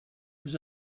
was